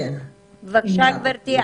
בבקשה גברתי.